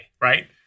right